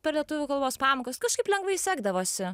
per lietuvių kalbos pamokas kažkaip lengvai sekdavosi